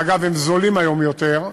ואגב, הם זולים היום יותר,